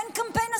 אין קמפיין הסברה.